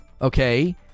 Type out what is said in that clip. okay